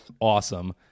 awesome